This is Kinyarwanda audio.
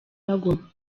bagomba